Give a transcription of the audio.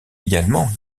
également